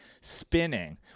spinning